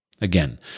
Again